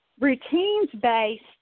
routines-based